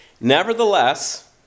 Nevertheless